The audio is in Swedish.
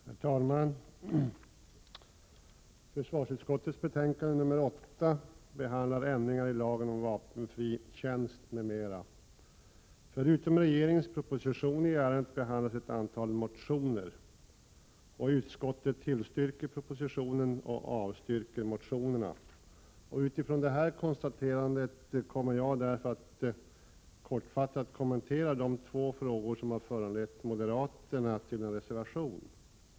Herr talman! Försvarsutskottets betänkande nr 8 behandlar ändringar i lagen om vapenfri tjänst m.m. Förutom regeringens proposition i ärendet behandlas ett antal motioner. Utskottet tillstyrker propositionen och avstyrker motionerna. Utifrån detta konstaterande kommer jag därför att kortfattat kommentera de två frågor som föranlett moderaterna att reservera sig.